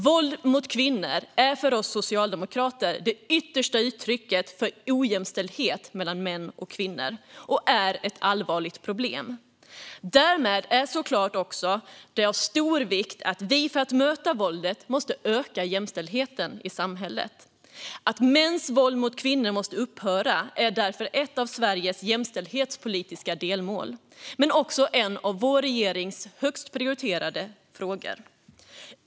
Våld mot kvinnor är för oss socialdemokrater det yttersta uttrycket för ojämställdhet mellan män och kvinnor och ett allvarligt problem. Därmed är det självklart också av stor vikt att, för att möta våldet, öka jämställdheten i samhället. Att mäns våld mot kvinnor måste upphöra är därför ett av Sveriges jämställdhetspolitiska delmål, liksom en av vår regerings högst prioriterade frågor.